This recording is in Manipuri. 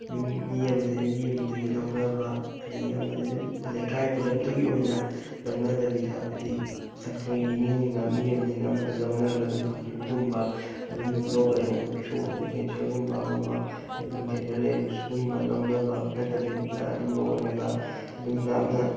ꯌꯨꯝ ꯃꯤ ꯑꯃꯗꯒꯤꯅ ꯃꯤ ꯑꯃꯗꯒꯤ ꯂꯧꯅꯕ ꯑꯗꯒꯤ ꯑꯃꯗꯒꯤ ꯑꯗꯨꯝ ꯂꯩꯀꯥꯏ ꯄꯨꯂꯞꯇꯨꯒꯤ ꯑꯣꯏꯅ ꯂꯧꯅꯗꯕꯤꯗ ꯍꯥꯏꯗꯤ ꯑꯩꯈꯣꯏꯒꯤ ꯏꯃꯨꯡꯗ ꯃꯤ ꯑꯃꯗꯩꯅ ꯑꯃꯗ ꯂꯧꯅꯔꯒ ꯑꯗꯨꯝ ꯐꯈꯤꯕꯒꯨꯝꯕ ꯑꯗꯨꯝ ꯂꯣꯛ ꯂꯥꯏꯍꯧꯁꯨ ꯑꯗꯒꯤ ꯀꯦꯟꯁꯔꯒꯨꯝꯕ ꯑꯃ ꯑꯃ ꯍꯥꯏꯗꯤ ꯕ꯭ꯂꯗ ꯀꯟꯁꯔ ꯂꯩꯔꯤꯕ ꯁꯨꯒꯨꯝꯕ ꯂꯧꯅꯕ ꯅꯠꯇꯕꯤꯗ ꯂꯥꯏꯅꯥ ꯑꯗꯨꯝꯕ ꯑꯣꯏꯔꯒ ꯑꯗꯨꯝ ꯂꯥꯞꯅ